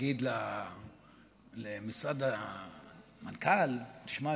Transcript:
להגיד למשרד המנכ"ל: שמע,